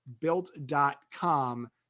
built.com